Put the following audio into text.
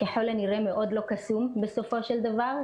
ככל הנראה, מאוד לא קסום בסופו של דבר.